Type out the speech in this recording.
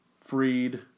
Freed